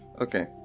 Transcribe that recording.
Okay